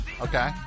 Okay